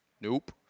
nope